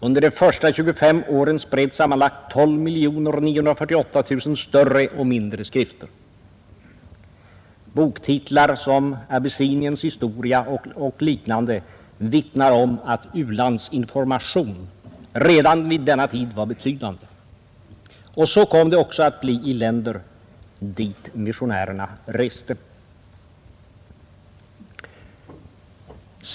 Under de första 25 åren spreds sammanlagt 12948 000 större och mindre skrifter. Boktitlar som ”Abessiniens historia” och liknande vittnar om att u-landsinformationen redan vid denna tid var betydande. Och så kom det också att bli i länder dit missionärerna reste.